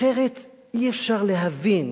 אחרת אי-אפשר להבין.